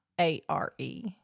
A-R-E